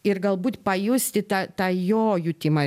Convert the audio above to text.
ir galbūt pajusti tą tą jo jutimą